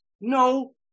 No